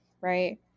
right